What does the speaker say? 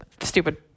stupid